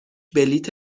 بلیت